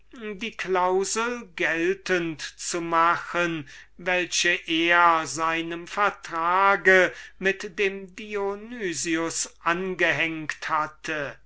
die clausul gelten zu machen welche er seinem vertrag mit dem dionys angehängt hatte